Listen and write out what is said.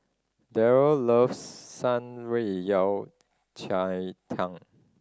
Darryn loves Shan Rui Yao Cai Tang